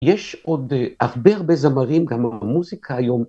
יש עוד הרבה הרבה זמרים, גם במוזיקה היום.